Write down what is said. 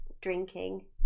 drinking